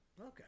Okay